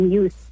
use